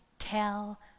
tell